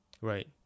right